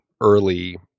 early